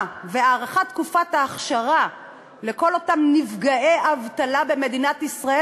והארכת תקופת האכשרה לכל אותם נפגעי אבטלה במדינת ישראל